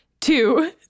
Two